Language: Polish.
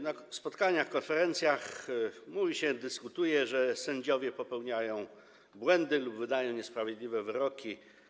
Na spotkaniach, konferencjach mówi się, dyskutuje się o tym, że sędziowie popełniają błędy lub wydają niesprawiedliwe wyroki.